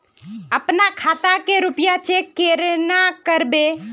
अपना खाता के रुपया चेक केना करबे?